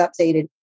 updated